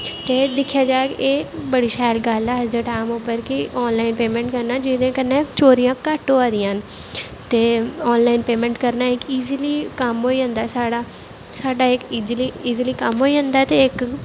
ते दिक्खेआ जाह्ग एह् बड़ी शैल गल्ल ऐ अज्ज दे टैम उप्पर कि आनलाइन पेमैंट कन्नै जेह्दे कन्नै चोरियां घट्ट होऐ दियां न ते आनलाइन पेमैंट करनै इक ईजली कम्म होई जंदा ऐ साढ़ा साढ़ा इक ईजली ईजली कम्म होई जंदा ऐ ते इक